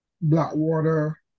Blackwater